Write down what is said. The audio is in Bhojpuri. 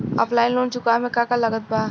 ऑफलाइन लोन चुकावे म का का लागत बा?